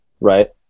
Right